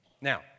Now